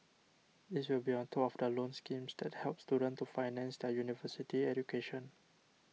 these will be on top of the loan schemes that help students to finance their university education